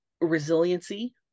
resiliency